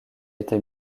été